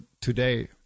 today